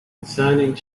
deciding